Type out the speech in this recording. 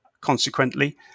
Consequently